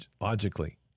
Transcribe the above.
logically